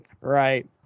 Right